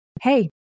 Hey